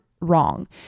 wrong